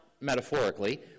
metaphorically